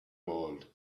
wall